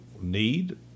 need